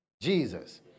Jesus